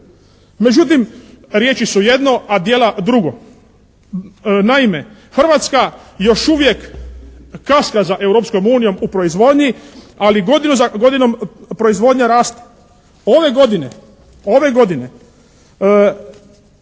Međutim, riječi su jedno, a djela drugo. Naime Hrvatska još uvijek kaska za Europskom uniji u proizvodnji, ali godinu za godinom proizvodnja raste. Ove godine šećerane